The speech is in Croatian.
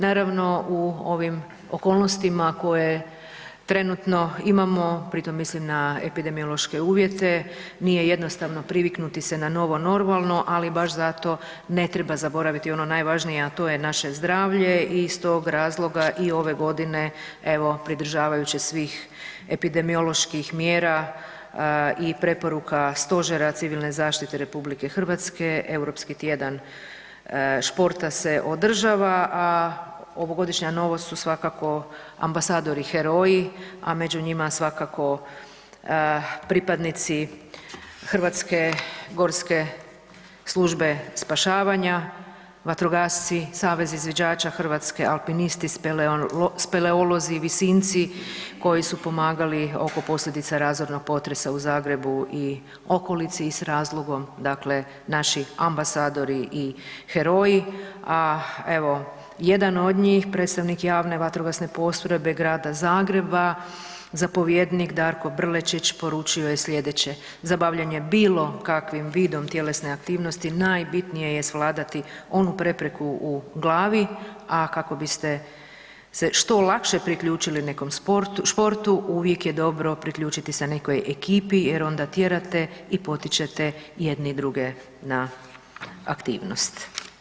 Naravno u ovim okolnostima koje trenutno imamo, Pritom mislim na epidemiološke uvjete, nije jednostavno priviknuti se na novo normalno ali baš zato ne treba zaboraviti ono najvažnije a to je naše zdravlje i iz tog razloga i ove godine evo pridržavajući se svih epidemioloških mjera i preporuka Stožera civilne zaštite RH, Europski tjedan športa se održava a ovogodišnja novost su svakako ambasadori heroji a među njima svakako pripadnici HGSS-a, vatrogasci, Savez izviđača Hrvatske, alpinisti, speleozi, visinci koji su pomagali oko posljedica razornog potresa u Zagrebu i okolici i s razlogom dakle naši ambasadori i heroji, a evo, jedan od njih, predstavnik Javne vatrogasne postrojbe Grada Zagreba, zapovjednik Darko Brlečić poručio je sljedeće: za bavljenje bilo kakvim vidom tjelesne aktivnosti, najbitnije je svladati onu prepreku u glavi, a kako biste se što lakše priključili nekom sportu, športu uvijek je dobro priključiti se nekoj ekipi jer onda tjerate i potičete jedni druge na aktivnost.